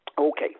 Okay